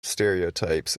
stereotypes